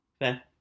Fair